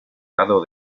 lado